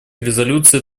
резолюции